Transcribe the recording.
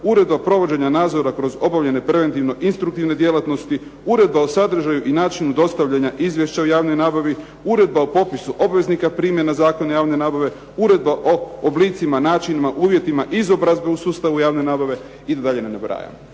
Uredba provođenja nadzora kroz obavljene preventivno instruktivne djelatnosti, Uredba o sadržaju i načinu dostavljanja izvješća o javnoj nabavi, Uredba o popisu obveznika primjena Zakona javne nabave, Uredba o oblicima načinima, uvjetima, izobrazbe u sustavu javne nabave i da dalje ne nabrajam.